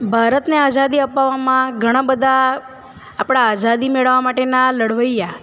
ભારતને આઝાદી અપાવવામાં ઘણાં બધાં આપણે આઝાદી મેળવવા માટેના લડવૈયા